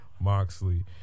Moxley